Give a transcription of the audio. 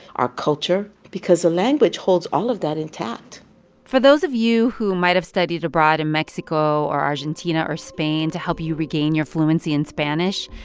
our culture because the language holds all of that intact for those of you who might have studied abroad in mexico or argentina or spain to help you regain your fluency in spanish,